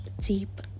deep